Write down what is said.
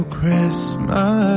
Christmas